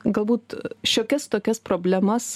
galbūt šiokias tokias problemas